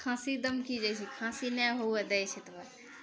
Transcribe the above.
खाँसी दमकि जाइ छै खाँसी नहि हुअए दै छै तकरबाद